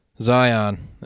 Zion